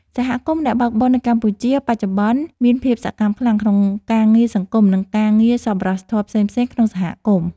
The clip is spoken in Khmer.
សហគមន៍អ្នកបើកបរនៅកម្ពុជាបច្ចុប្បន្នមានភាពសកម្មខ្លាំងក្នុងការងារសង្គម និងការងារសប្បុរសធម៌ផ្សេងៗក្នុងសហគមន៍។